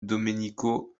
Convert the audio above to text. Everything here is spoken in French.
domenico